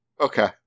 Okay